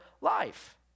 life